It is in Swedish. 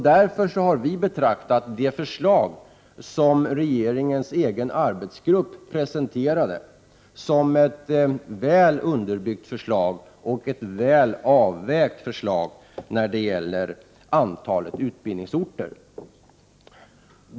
Därför har vi i centern betraktat det förslag som regeringens egen arbetsgrupp presenterade som ett väl underbyggt och ett väl avvägt förslag när det gäller antalet utbildningsorter.